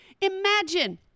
imagine